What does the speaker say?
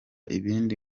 ibindi